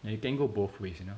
ya you can go both ways you know